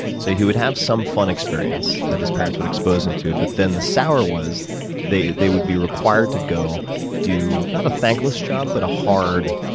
so he would have some fun experience that his parents would expose him to. but then the sour was they they would be required to go do not a thankless job, but a hard,